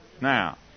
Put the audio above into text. Now